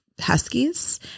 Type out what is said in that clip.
huskies